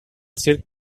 circ